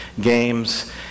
games